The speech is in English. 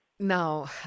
Now